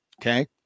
Okay